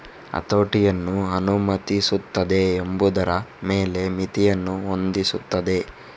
ಹತೋಟಿಯನ್ನು ಅನುಮತಿಸುತ್ತದೆ ಎಂಬುದರ ಮೇಲೆ ಮಿತಿಯನ್ನು ಹೊಂದಿಸುತ್ತದೆ